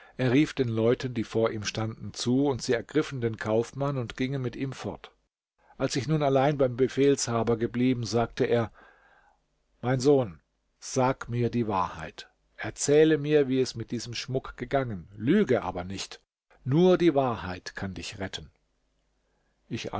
er rief den leuten die vor ihm standen zu und sie ergriffen den kaufmann und gingen mit ihm fort als ich nun allein beim befehlshaber geblieben sagte er mein sohn sag mir die wahrheit erzähle mir wie es mit diesem schmuck gegangen lüge aber nicht nur die wahrheit kann dich retten ich